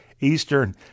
Eastern